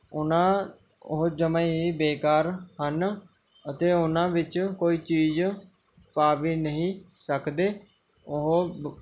ਉਹਨਾਂ ਉਹ ਜਮ੍ਹਾਂ ਹੀ ਬੇਕਾਰ ਹਨ ਅਤੇ ਉਹਨਾਂ ਵਿੱਚ ਕੋਈ ਚੀਜ਼ ਪਾ ਵੀ ਨਹੀਂ ਸਕਦੇ ਉਹ